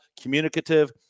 communicative